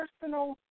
personal